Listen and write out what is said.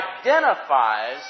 identifies